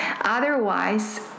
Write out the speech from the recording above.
otherwise